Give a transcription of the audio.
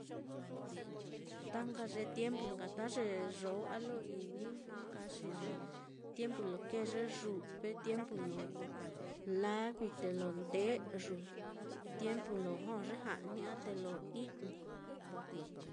Ta nka ye tiempu nka ta ye yoo á, lo ini nka xi, ye tiempu lo kēē ye yu've, tiempu lo lavi te lo nde'yu, tiempu lo jo ye ja'ni á te lo i'ni.